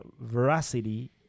veracity